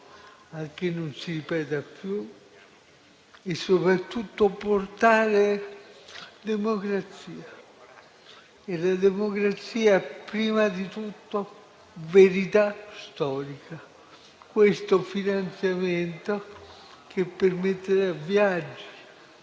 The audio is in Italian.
a che non si ripeta più e soprattutto serva a portare democrazia e la democrazia è prima di tutto verità storica. Questo finanziamento, che permetterà viaggi,